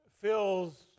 Phil's